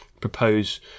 propose